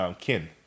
kin